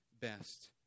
best